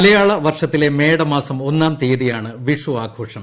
മലയാള വർഷത്തിലെ മേടമാസം ഒന്നാർ തീയതിയാണ് വിഷു ആഘോഷം